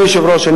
אדוני היושב-ראש,